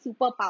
superpower